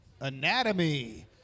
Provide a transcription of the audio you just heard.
anatomy